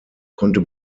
konnte